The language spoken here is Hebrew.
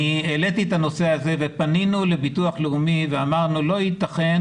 שם העליתי את הנושא הזה לביטוח לאומי ואמרנו שלא יתכן